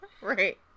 Right